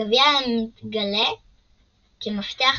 הגביע מתגלה כ"מפתח מעבר"